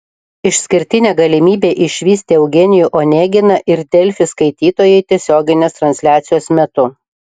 išskirtinę galimybę išvysti eugenijų oneginą ir delfi skaitytojai tiesioginės transliacijos metu